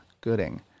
Gooding